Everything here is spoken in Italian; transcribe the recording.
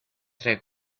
tre